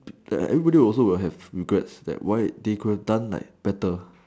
that everybody will also have regrets like why they could have done like better